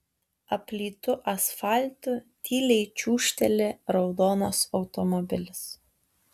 aplytu asfaltu tyliai čiūžteli raudonas automobilis